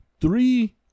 Three